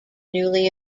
newly